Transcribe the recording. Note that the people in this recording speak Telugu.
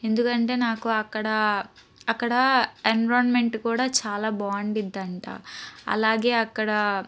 ఎందుకంటే నాకు అక్కడ అక్కడ ఎన్విరాన్మెంట్ కూడా చాలా బావుండుద్ది అంట అలాగే అక్కడ